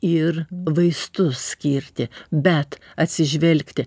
ir vaistus skirti bet atsižvelgti